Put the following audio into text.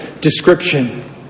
description